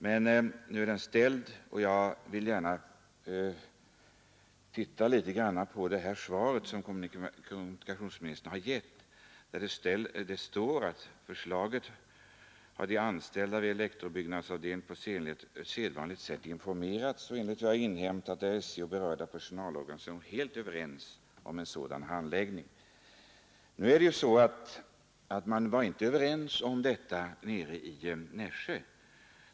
Men nu är den ställd, och jag vill något kommentera det svar som kommunikationsministern givit, där det står att ”de anställda vid elektrobyggnadsavdelningen på sedvanligt sätt informerats”. Det heter vidare; ”Enligt vad jag har inhämtat är SJ och berörda personalorganisationer helt överens om en sådan handläggningsordning.” Nu var man inte överens om detta nere i Nässjö.